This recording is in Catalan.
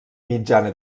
mitjana